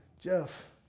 Jeff